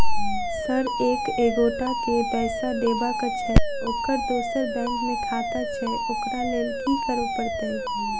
Sir एक एगोटा केँ पैसा देबाक छैय ओकर दोसर बैंक मे खाता छैय ओकरा लैल की करपरतैय?